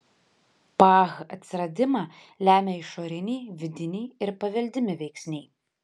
pah atsiradimą lemia išoriniai vidiniai ir paveldimi veiksniai